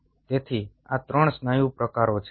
તેથી ત્યાં 3 સ્નાયુ પ્રકારો છે